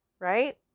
right